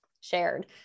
shared